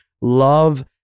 love